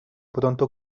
pronto